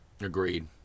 agreed